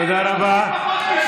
תודה רבה.